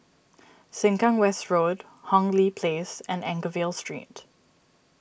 Sengkang West Road Hong Lee Place and Anchorvale Street